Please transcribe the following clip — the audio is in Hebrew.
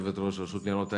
יושבת-ראש ראות ניירות ערך,